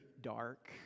dark